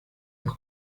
los